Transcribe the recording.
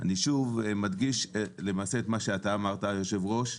אני שוב מדגיש למעשה את מה שאתה אמרת היו"ר,